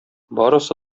барысы